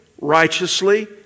righteously